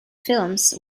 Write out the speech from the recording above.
films